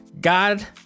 god